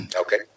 Okay